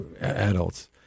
adults